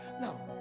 Now